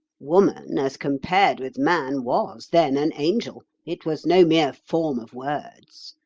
woman, as compared with man, was then an angel it was no mere form of words.